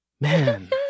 man